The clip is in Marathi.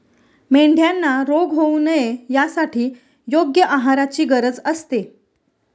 मेंढ्यांना रोग होऊ नये यासाठी योग्य आहाराची गरज असते